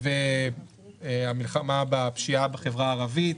והמלחמה בפשיעה בחברה הערבית.